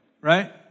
Right